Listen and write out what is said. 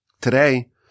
Today